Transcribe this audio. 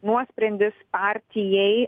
nuosprendis partijai